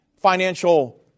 financial